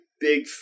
big